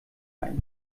ein